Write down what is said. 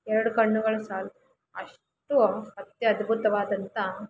ಎರಡು ಕಣ್ಣುಗಳು ಸಾಲದು ಅಷ್ಟು ಅತ್ಯ ಅದ್ಭುತವಾದಂಥ